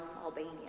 Albania